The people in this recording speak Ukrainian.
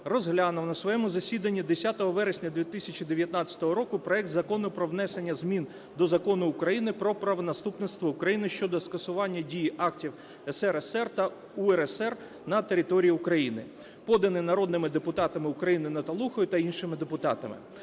розглянув на своєму засіданні 10 вересня 2019 року проект Закону про внесення змін до Закону України "Про правонаступництво України" щодо скасування дії актів СРСР та УРСР на території України, поданий народними депутатами України Наталухою та іншими депутатами.